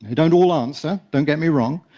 ah don't all answer. don't get me wrong.